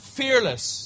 fearless